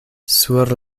sur